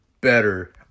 better